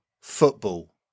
football